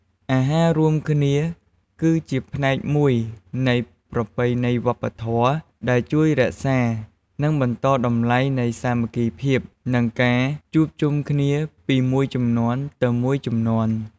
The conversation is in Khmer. អាហាររួមគ្នាគឺជាផ្នែកមួយនៃប្រពៃណីវប្បធម៌ ដែលជួយរក្សា និងបន្តតម្លៃនៃសាមគ្គីភាព និងការជួបជុំគ្នាពីមួយជំនាន់ទៅមួយជំនាន់។